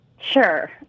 Sure